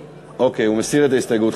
אוקיי, הוא מסיר את ההסתייגות.